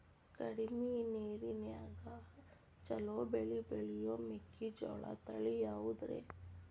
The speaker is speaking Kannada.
ಕಡಮಿ ನೇರಿನ್ಯಾಗಾ ಛಲೋ ಬೆಳಿ ಬೆಳಿಯೋ ಮೆಕ್ಕಿಜೋಳ ತಳಿ ಯಾವುದ್ರೇ?